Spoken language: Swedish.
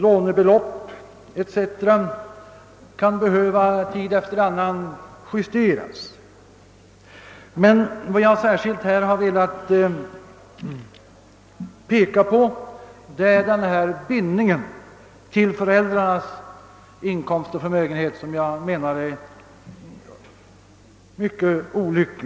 Lånebeloppen kan t.ex. behöva justeras från tid till annan. Men vad jag här särskilt velat peka på är denna bindning till föräldrarnas inkomst och förmögenhet, som jag menar är mycket olycklig.